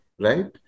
right